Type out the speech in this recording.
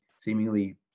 seemingly